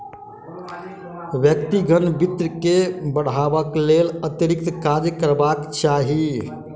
व्यक्तिगत वित्त के बढ़यबाक लेल अतिरिक्त काज करबाक चाही